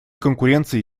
конкуренции